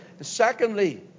Secondly